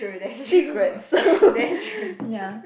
secrets ya